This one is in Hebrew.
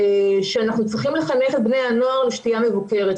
שאנחנו צריכים לחנך את בני הנוער לשתייה מבוקרת.